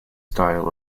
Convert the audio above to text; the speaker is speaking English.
style